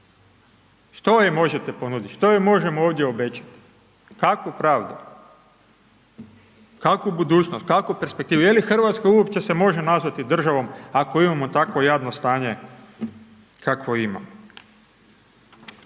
što im možete ponudit, što im možemo ovdje obećati, kakvu pravdu? Kakvu budućnost? Kakvu perspektivu? Je li Hrvatska uopće se može nazvati državom ako imamo takvo jadno stanje kakvo imamo?